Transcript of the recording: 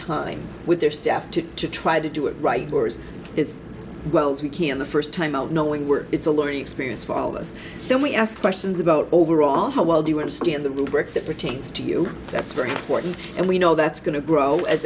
time with their staff to try to do it right is well as we can the first time out knowing we're it's a learning experience for all of us when we ask questions about overall how well do you understand the work that pertains to you that's very important and we know that's going to grow as